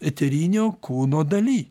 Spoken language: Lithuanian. eterinio kūno daly